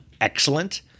excellent